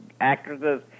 actresses